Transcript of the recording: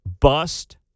bust